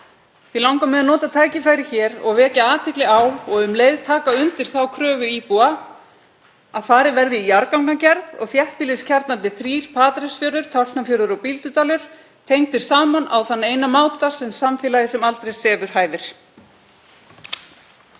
Því langar mig að nota tækifærið hér og vekja athygli á og um leið taka undir þá kröfu íbúa að farið verði í jarðgangagerð og þéttbýliskjarnarnir þrír, Patreksfjörður, Tálknafjörður og Bíldudalur, tengdir saman á þann eina máta sem samfélagi sem aldrei sefur hæfir.